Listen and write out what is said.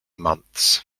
months